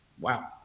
wow